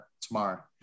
tomorrow